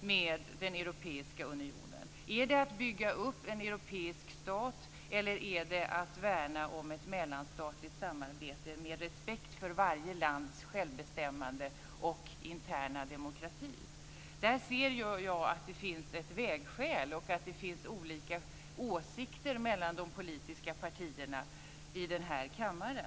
med den europeiska unionen. Är det att bygga upp en europeisk stat, eller är det att värna om ett mellanstatligt samarbete med respekt för varje lands självbestämmande och interna demokrati? Där ser jag att det finns ett vägskäl och att det finns olika åsikter mellan de politiska partierna i denna kammare.